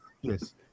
yes